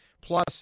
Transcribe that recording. Plus